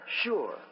sure